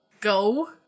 go